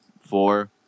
four